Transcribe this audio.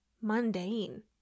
mundane